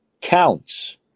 counts